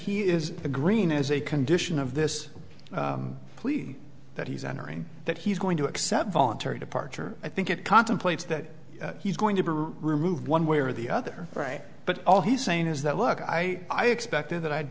he is a green is a condition of this plea that he's entering that he's going to accept voluntary departure i think it contemplates that he's going to be removed one way or the other right but all he's saying is that look i i expected that i'd